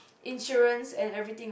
insurance and everything